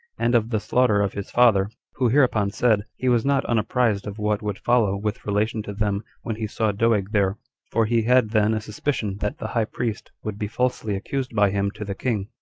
and of the slaughter of his father who hereupon said, he was not unapprised of what would follow with relation to them when he saw doeg there for he had then a suspicion that the high priest would be falsely accused by him to the king,